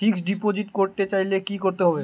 Fixed deposit করতে চাইলে কি করতে হবে?